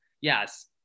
Yes